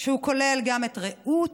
שכולל גם את רעות,